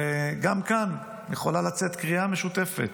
גם כאן יכולה לצאת קריאה משותפת,